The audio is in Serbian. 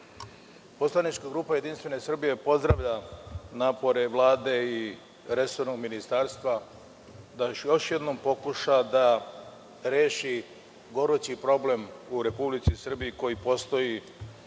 poslanička grupa JS pozdravlja napore Vlade i resornog ministarstva da još jednom pokuša da reši gorući problem u Republici Srbiji koji postoji,